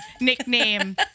nickname